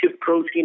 protein